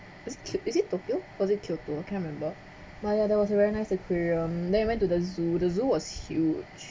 is kyo~ is it tokyo was it kyoto I can't remember but ya that was a very nice aquarium then we went to the zoo the zoo was huge